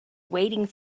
waiting